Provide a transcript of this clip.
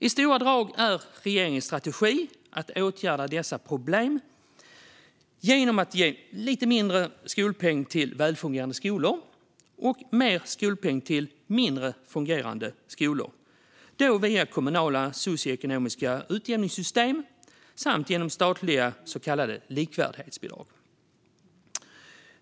I stora drag är regeringens strategi att åtgärda dessa problem genom att ge lite mindre skolpeng till välfungerande skolor och mer skolpeng till mindre fungerande skolor. Det sker via det kommunala socioekonomiska utjämningssystemet samt genom statliga så kallade likvärdighetsbidrag.